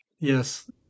Yes